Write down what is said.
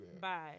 Bye